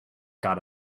got